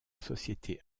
société